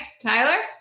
Tyler